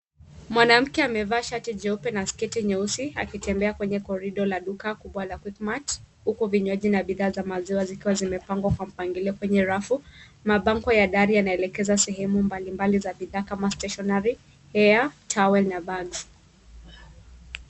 Mwanamke amevaa shati jeupe na sketi nyeusi akitembea kwenye corridor la duka kubwa la Quickmart huku vinywaji na bidhaa za maziwa zikiwa zimepangwa kwa mpangilio kwenye rafu. Mabango ya gari yanaelekeza sehemu mbalimbali za bidhaa kama stationery , hair , towels na bags .